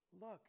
Look